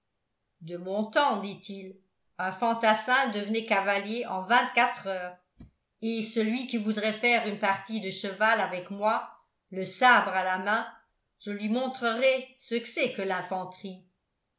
de mon temps dit-il un fantassin devenait cavalier en vingtquatre heures et celui qui voudrait faire une partie de cheval avec moi le sabre à la main je lui montrerais ce que c'est que